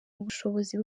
ubushobozi